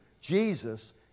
Jesus